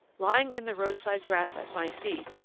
lying in the roadside grass at my feet,